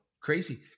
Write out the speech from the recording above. crazy